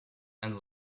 and